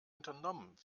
unternommen